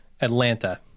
atlanta